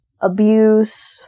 abuse